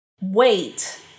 wait